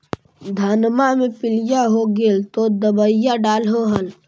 धनमा मे पीलिया हो गेल तो दबैया डालो हल?